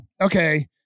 okay